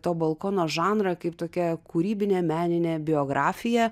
to balkono žanrą kaip tokią kūrybinę meninę biografiją